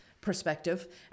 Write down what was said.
perspective